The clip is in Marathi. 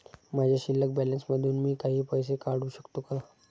माझ्या शिल्लक बॅलन्स मधून मी काही पैसे काढू शकतो का?